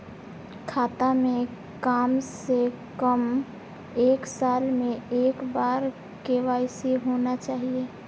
खाता में काम से कम एक साल में एक बार के.वाई.सी होना चाहि?